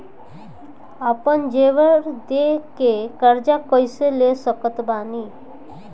आपन जेवर दे के कर्जा कइसे ले सकत बानी?